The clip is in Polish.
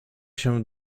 się